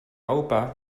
opa